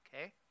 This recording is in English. Okay